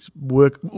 work